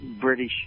British